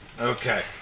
Okay